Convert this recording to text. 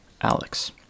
Alex